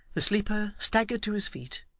the sleeper staggered to his feet,